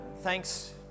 thanks